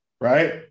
Right